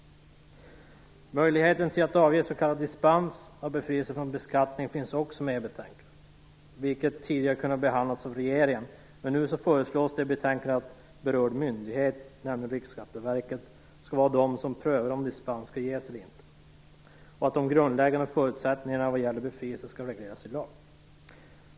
Möjligheten att ge skattebefrielse finns också med i betänkandet, vilket tidigare har kunnat behandlas av regeringen. Men nu föreslås det i betänkandet att berörd myndighet, nämligen Riksskatteverket, skall pröva om dispens skall ges eller inte. De grundläggande förutsättningarna för befrielse skall regleras i lag.